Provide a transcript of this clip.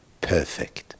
perfect